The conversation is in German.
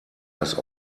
das